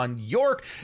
York